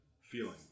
feeling